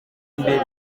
imbere